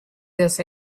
this